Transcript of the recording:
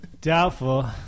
doubtful